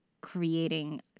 creating